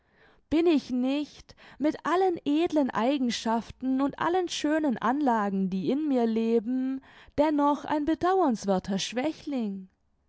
bin ich nicht mit allen edlen eigenschaften und allen schönen anlagen die in mir leben dennoch ein bedauernswerther schwächling